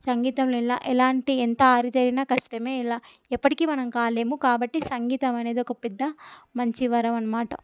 సంగీతంలో ఎలా ఎలాంటి ఎంత ఆరి తేరినా కష్టమే ఎప్పటికీ మనం కాలేము కాబట్టి సంగీతం అనేది ఒక పెద్ద మంచి వరం అనమాట